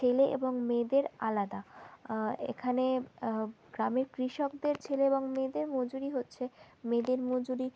ছেলে এবং মেয়েদের আলাদা এখানে গ্রামের কৃষকদের ছেলে এবং মেয়েদের মজুরি হচ্ছে মেয়েদের মজুরি